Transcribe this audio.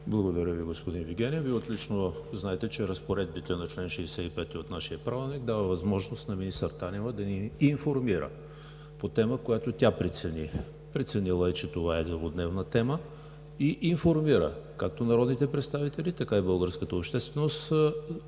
Благодаря Ви, господин Вигенин. Вие отлично знаете, че разпоредбата на чл. 65 от нашия Правилник дава възможност на министър Танева да ни информира по тема, която тя прецени. Преценила е, че това е злободневна тема, и информира както народните представители, така и българската общественост